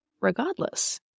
Regardless